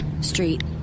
Street